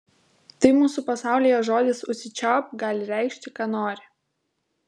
tai mūsų pasaulyje žodis užsičiaupk gali reikšti ką nori